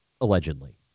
allegedly